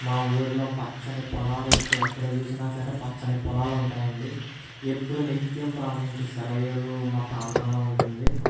మా ఊరులో పచ్చని పొలాలు ఎక్కువ ఎక్కడ చూసినా సరే పచ్చని పొలాలు ఉంటాయండి ఎప్పుడు నిత్యం ప్రవహించే సెలయేరు మా ప్రాంతంలో ఉంటుంది